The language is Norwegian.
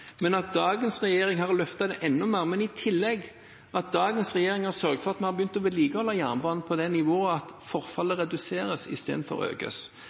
at dagens regjering har løftet dem enda mer, men at dagens regjering i tillegg har sørget for at vi har begynt å vedlikeholde jernbanen på et slikt nivå at forfallet reduseres istedenfor å økes.